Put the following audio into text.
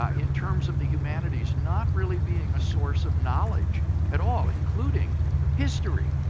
ah in terms of the humanities, not really being a source of knowledge at all including history.